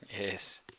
Yes